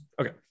Okay